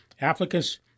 Applicants